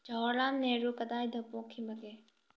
ꯖꯥꯋꯥꯍꯔꯂꯥꯜ ꯅꯦꯍꯔꯨ ꯀꯗꯥꯏꯗ ꯄꯣꯛꯈꯤꯕꯒꯦ